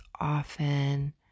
often